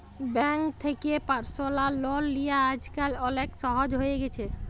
bank থ্যাকে personal loan লিয়া আইজকাল অলেক সহজ হ্যঁয়ে গেছে